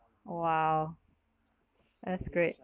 !wow! that's great